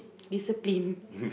discipline